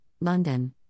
London